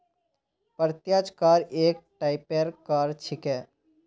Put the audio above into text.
प्रत्यक्ष कर एक टाइपेर कर छिके